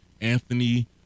Anthony